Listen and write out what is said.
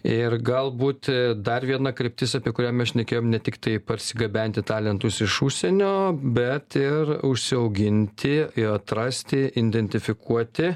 ir galbūt dar viena kryptis apie kurią mes šnekėjom ne tiktai parsigabenti talentus iš užsienio bet ir užsiauginti atrasti identifikuoti